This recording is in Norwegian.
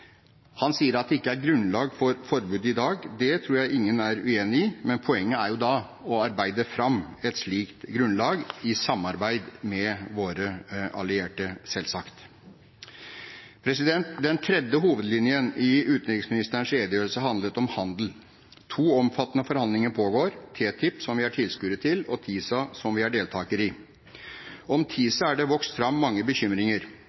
Han sier at det ikke er grunnlag for forbud i dag. Det tror jeg ingen er uenig i, men poenget er da å arbeide fram et slikt grunnlag, i samarbeid med våre allierte, selvsagt. Den tredje hovedlinjen i utenriksministerens redegjørelse handlet om handel. To omfattende forhandlinger pågår, TTIP, som vi er tilskuere til, og TISA, som vi er deltakere i. Om TISA er det vokst fram mange bekymringer,